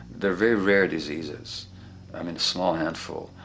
there are very rare diseases, i mean a small handful.